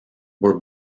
were